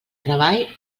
treball